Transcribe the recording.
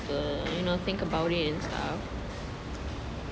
to think about it and stuff